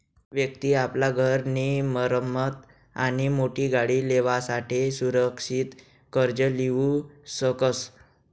व्यक्ति आपला घर नी मरम्मत आणि मोठी गाडी लेवासाठे असुरक्षित कर्ज लीऊ शकस